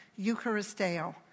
Eucharisteo